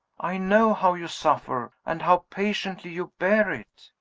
i know how you suffer, and how patiently you bear it.